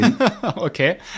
Okay